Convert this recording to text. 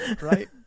right